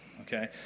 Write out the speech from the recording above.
Okay